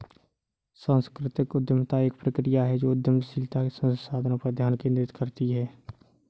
सांस्कृतिक उद्यमिता एक प्रक्रिया है जो उद्यमशीलता के संसाधनों पर ध्यान केंद्रित करती है